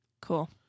Cool